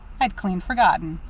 i'd clean forgotten.